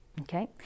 okay